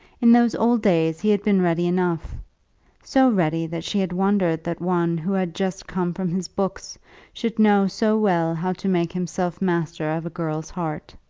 in those old days he had been ready enough so ready, that she had wondered that one who had just come from his books should know so well how to make himself master of a girl's heart.